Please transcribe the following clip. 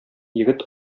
егет